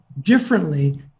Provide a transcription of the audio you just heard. differently